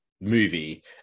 movie